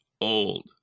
old